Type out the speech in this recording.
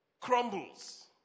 crumbles